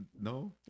No